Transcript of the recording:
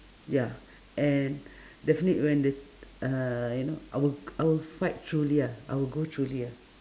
ya and definitely when the t~ uh you know I will g~ I will fight through ya I will go through ya